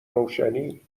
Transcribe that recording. روشنی